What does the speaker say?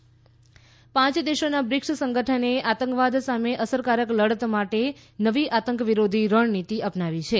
BRICS પાંચ દેશોના BRICS સંગઠને આતંકવાદ સામે અસરકારક લડત માટે નવી આતંક વિરોધી રણનીતી અપનાવી છે